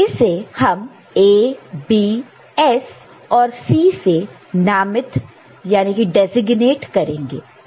इसे हम A B S और C से नामित डेज़िग्निट करेंगे